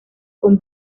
con